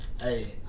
hey